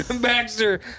Baxter